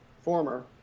Former